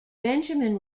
benjamin